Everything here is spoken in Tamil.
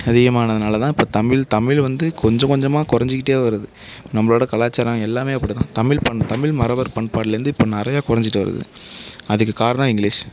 அதிகமானதுனால் தான் இப்போ தமிழ் தமிழ் வந்து கொஞ்சம் கொஞ்சமாக குறைஞ்சுக்கிட்டே வருது நம்மளோடய கலாச்சாரம் எல்லாமே அப்படித்தான் தமிழ் பண் தமிழ் மறவர் பண்பாடில் இருந்து இப்போ நிறைய குறைஞ்சுட்டு வருது அதுக்கு காரணம் இங்கிலீஷ்